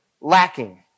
lacking